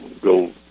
go